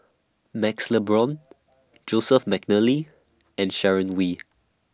MaxLe Blond Joseph Mcnally and Sharon Wee